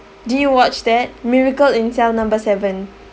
do you watch that miracle in cell number seven